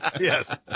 Yes